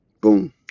boom